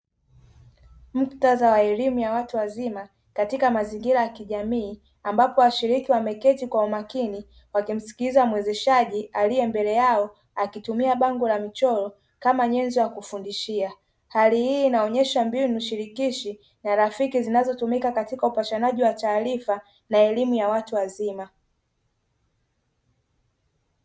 Muktadha wa elimu ya watu wazima katika mazingira ya kijamii ambapo washiriki wameketi kwa umakini wakimsikiliza mwezeshaji aliye mbele yao akitumia bango la mchoro kama nyenzo ya kufundishia, hali hii inaonyesha mbinu shirikishi na rafiki zinazotumika katika upashanaji wa taarifa na elimu ya watu wazima.